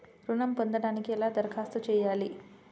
ఋణం పొందటానికి ఎలా దరఖాస్తు చేయాలి?